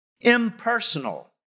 Impersonal